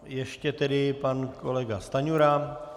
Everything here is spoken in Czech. Ještě tedy pan kolega Stanjura.